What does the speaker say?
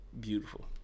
Beautiful